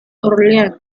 orleans